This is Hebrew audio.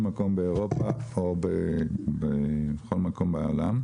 מקום באירופה או בכל מקום אחר בעולם,